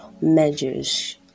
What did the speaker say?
measures